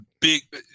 Big